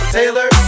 Taylor